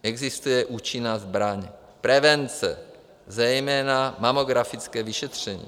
Existuje účinná zbraň prevence, zejména mamografické vyšetření.